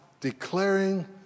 declaring